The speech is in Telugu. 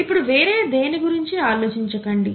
ఇప్పుడు వేరే దేని గురించి ఆలోచించకండి